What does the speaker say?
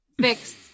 fixed